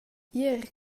ier